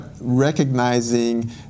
recognizing